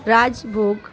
rajbhog